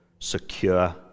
secure